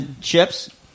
chips